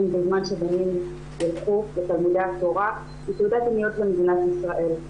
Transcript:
בזמן שבנים יילכו לתלמודי התורה היא תעודת עניות למדינת ישראל.